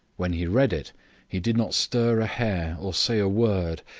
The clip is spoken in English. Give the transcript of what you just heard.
when he read it he did not stir a hair or say a word,